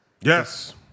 Yes